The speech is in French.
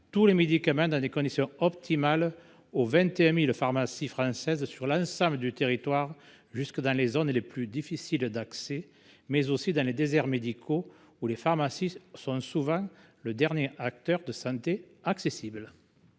tous les médicaments dans des conditions optimales aux 21 000 pharmacies françaises situées sur l’ensemble du territoire, et jusque dans les zones les plus difficiles d’accès, mais aussi dans les déserts médicaux, où les officines sont souvent le dernier acteur de santé accessible.